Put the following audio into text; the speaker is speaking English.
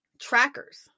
trackers